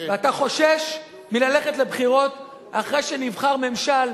ואתה חושש ללכת לבחירות אחרי שנבחר ממשל,